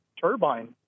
turbine